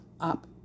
up